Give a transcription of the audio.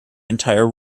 entire